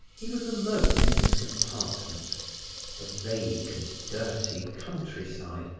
he was alone in his compartment a vague and dirty country side,